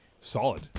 solid